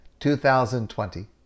2020